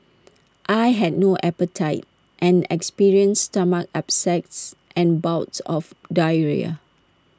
I had no appetite and experienced stomach upsets and bouts of diarrhoea